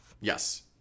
Yes